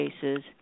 cases